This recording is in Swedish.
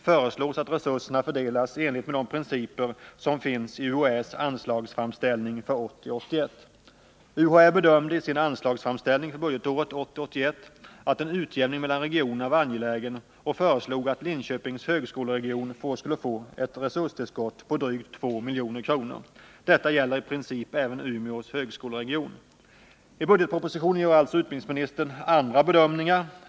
för budgetåret 1980/81 att en utjämning mellan regionerna var angelägen och föreslog att Linköpings högskoleregion skulle få ett resurstillskott på drygt 2 milj.kr. Detta gäller i princip även Umeås högskoleregion. I budgetpropositionen gör alltså utbildningsministern andra bedömningar.